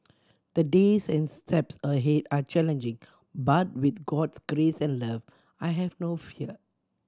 the days and steps ahead are challenging but with God's grace and love I have no fear